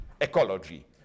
ecology